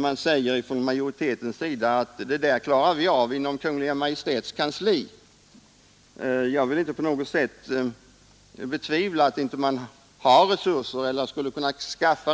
Majoriteten förklarar att arbetet skall klaras av inom Kungl. Maj kan skaffa sig